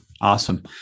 Awesome